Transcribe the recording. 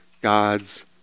God's